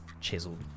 Chiseled